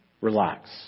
Relax